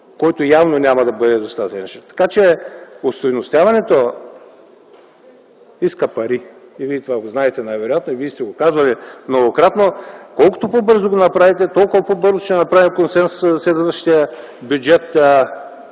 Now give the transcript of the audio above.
който явно няма да бъде достатъчен. Така че остойностяването иска пари, Вие това го знаете най-вероятно и сте го казвали многократно. Колкото по-бързо го направите, толкова по-бързо ще направим консенсуса за следващия бюджет